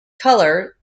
color